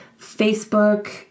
Facebook